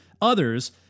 others